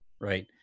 Right